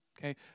okay